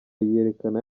yiyerekana